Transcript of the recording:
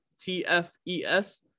T-F-E-S